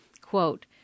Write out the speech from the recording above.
Quote